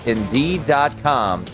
Indeed.com